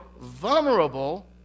vulnerable